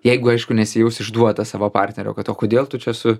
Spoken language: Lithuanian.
jeigu aišku nesijaus išduotas savo partnerio kad o kodėl tu čia su